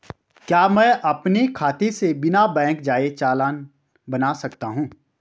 क्या मैं अपने खाते से बिना बैंक जाए चालान बना सकता हूँ?